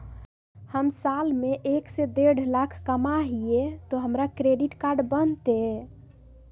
हम साल में एक से देढ लाख कमा हिये तो हमरा क्रेडिट कार्ड बनते?